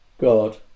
God